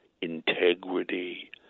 integrity